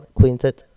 quintet